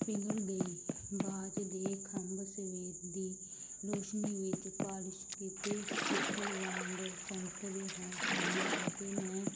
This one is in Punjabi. ਪਿਘਲ ਗਈ ਬਾਜ਼ ਦੇ ਖੰਭ ਸਵੇਰ ਦੀ ਰੋਸ਼ਨੀ ਵਿੱਚ ਪਾਲਿਸ਼ ਕੀਤੇ ਪਿੱਤਲ ਵਾਂਗ ਚਮਕਦੇ ਹਨ ਸਨ ਅਤੇ ਮੈਂ